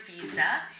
visa